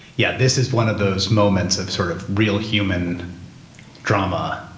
yeah. this is one of those moments of sort of real human drama.